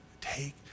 take